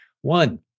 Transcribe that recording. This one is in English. One